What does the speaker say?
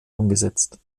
umgesetzt